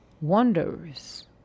wonders